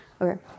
Okay